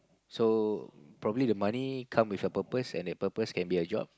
so probably the money come with a purpose and the purpose can be a job